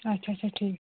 اَچھا اَچھا ٹھیٖک ٹھیٖک